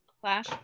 Flash